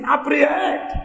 Apprehend